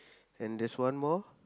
and there's one more